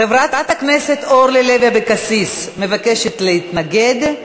חברת הכנסת אורלי לוי אבקסיס מבקשת להתנגד,